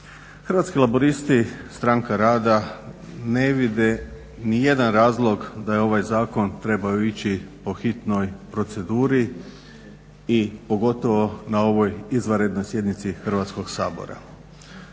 Hrvatski laburisti-Stranka rada ne vide nijedan razlog da je ovaj zakon trebao ići po hitnoj proceduri i pogotovo na ovoj izvanrednoj sjednici Hrvatskog sabora.